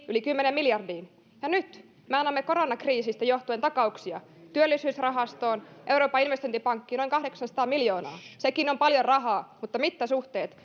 yli kymmeneen miljardiin ja nyt me annamme koronakriisistä johtuen takauksia työllisyysrahastoon ja euroopan investointipankkiin noin kahdeksansataa miljoonaa sekin on paljon rahaa mutta mittasuhteet